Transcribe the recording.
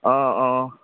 অঁ অঁ